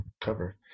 cover